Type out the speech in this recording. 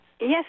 Yes